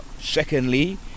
Secondly